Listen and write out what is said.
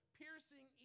piercing